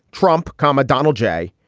trump, comma, donald j.